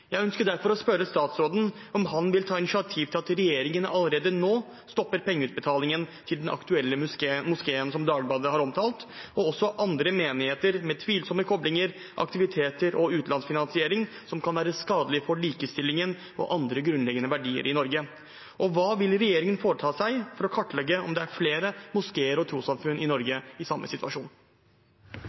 Jeg ønsker derfor å spørre statsråden om han vil ta initiativ til at regjeringen allerede nå stopper pengeutbetalingen til den aktuelle moskeen som Dagbladet har omtalt, og også til andre menigheter med tvilsomme koblinger, aktiviteter og utenlandsfinansiering som kan være skadelige for likestillingen og andre grunnleggende verdier i Norge. Og: Hva vil regjeringen foreta seg for å kartlegge om det er flere moskeer og trossamfunn i Norge i samme situasjon?